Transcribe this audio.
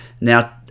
Now